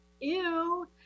ew